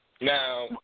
Now